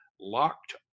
Locked